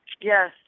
Yes